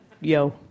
yo